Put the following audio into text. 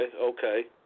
Okay